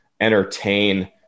entertain